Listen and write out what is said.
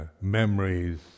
memories